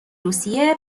روسیه